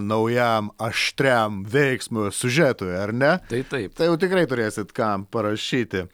naujam aštriam veiksmo siužetui ar ne tai taip tai jau tikrai turėsit ką parašyti